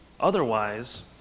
Otherwise